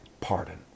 pardon